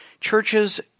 churches